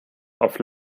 auf